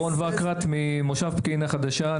מושב פקיעין החדשה.